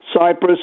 Cyprus